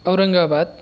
Aurangabad